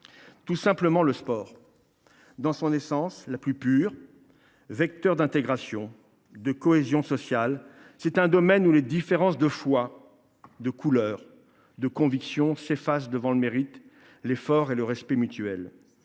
Tout simplement le sport, dans son essence la plus pure. Vecteur d’intégration et de cohésion sociale, le sport est un domaine où les différences de foi, de couleur ou de conviction s’effacent devant le mérite, l’effort et le respect mutuel.